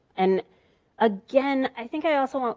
and again, i think i also want,